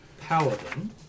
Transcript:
paladin